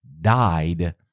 died